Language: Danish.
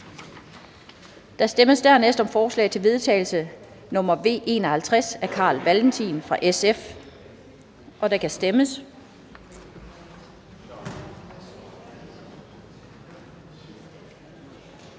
Der stemmes dernæst om forslag til vedtagelse nr. V 51 af Carl Valentin (SF), og der kan stemmes.